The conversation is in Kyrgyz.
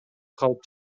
калып